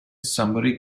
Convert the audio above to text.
somebody